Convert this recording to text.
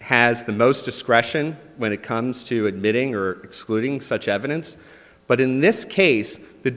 has the most discretion when it comes to admitting or excluding such evidence but in this case the